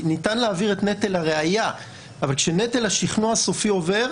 ניתן להעביר את נטל הראיה אבל כאשר נטל השכנוע הסופי עובר,